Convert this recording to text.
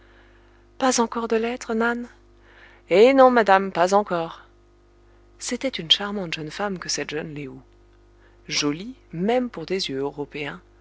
pas encore de lettre nan eh non madame pas encore c'était une charmante jeune femme que cette jeune lé ou jolie même pour des yeux européens